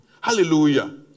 Hallelujah